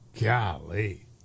Golly